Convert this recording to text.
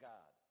God